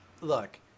look